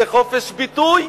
זה חופש ביטוי.